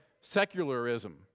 secularism